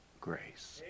grace